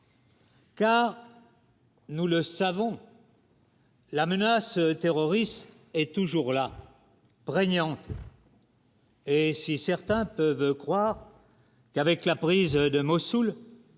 Car. Nous le savons. La menace terroriste est toujours là, braillant. Et si certains peuvent croire qu'avec la prise de Mossoul